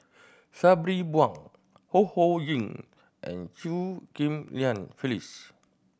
Sabri Buang Ho Ho Ying and Chew Ghim Lian Phyllis